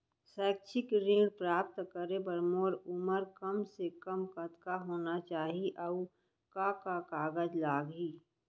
शैक्षिक ऋण प्राप्त करे बर मोर उमर कम से कम कतका होना चाहि, अऊ का का कागज लागही?